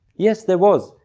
yes there was!